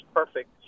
perfect